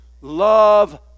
love